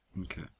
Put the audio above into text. Okay